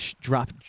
drop